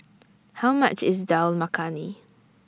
How much IS Dal Makhani